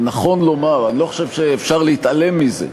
זה נכון לומר, אני לא חושב שאפשר להתעלם מזה,